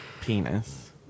Penis